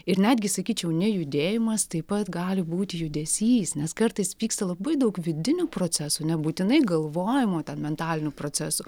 ir netgi sakyčiau nejudėjimas taip pat gali būt judesys nes kartais vyksta labai daug vidinių procesų nebūtinai galvojimo ten mentalinių procesų